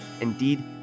Indeed